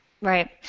Right